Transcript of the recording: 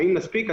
האם נספיק?